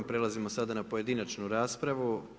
Prelazimo sada na pojedinačnu raspravu.